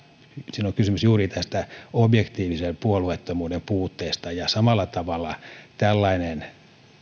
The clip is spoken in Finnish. siinä on kysymys juuri tästä objektiivisen puolueettomuuden puutteesta ja samalla tavalla tällainen